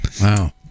Wow